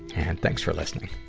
and thanks for listening.